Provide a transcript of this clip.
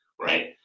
right